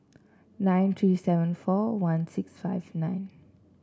nine three seven four one six five nine